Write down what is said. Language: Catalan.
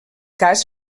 cas